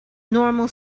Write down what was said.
normal